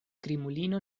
krimulino